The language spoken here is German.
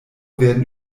werden